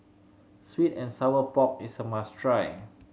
sweet and sour pork is a must try